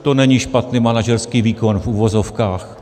To není špatný manažerský výkon, v uvozovkách.